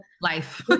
life